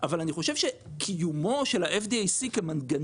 אבל אני חושב שקיומו של ה-FDIC כמנגנון